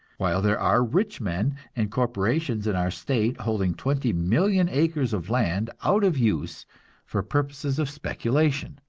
while there are rich men and corporations in our state holding twenty million acres of land out of use for purposes of speculation.